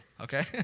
okay